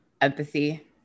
empathy